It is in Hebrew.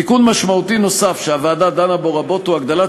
תיקון משמעותי נוסף שהוועדה דנה בו רבות הוא הגדלת